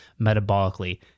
metabolically